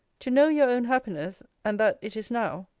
to know your own happiness, and that it is now,